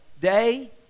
day